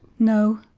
no,